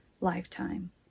lifetime